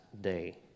day